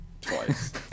Twice